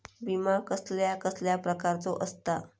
विमा कसल्या कसल्या प्रकारचो असता?